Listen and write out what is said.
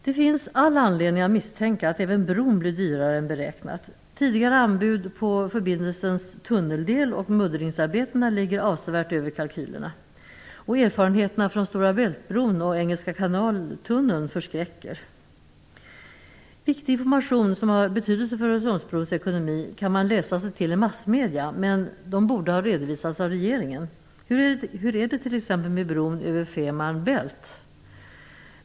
Det finns all anledning att misstänka att även bron blir dyrare än beräknat. Tidigare anbud på förbindelsens tunneldel och muddringsarbetena ligger avsevärt över kalkylerna. Erfarenheterna från bron över Stora Bält och tunneln under Engelska kanalen förskräcker. Viktig information som har betydelse för Öresundsbrons ekonomi kan man läsa sig till i massmedia, men detta borde ha redovisats av regeringen. Hur är det t.ex. med bron över Fehmarn Bält?